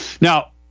now